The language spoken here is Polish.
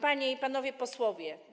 Panie i Panowie Posłowie!